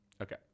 Okay